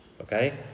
Okay